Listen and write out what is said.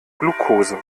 glukose